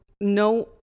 no